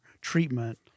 treatment